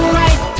right